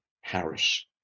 Harris